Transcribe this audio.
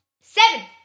Seven